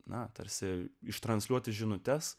na tarsi iš transliuoti žinutes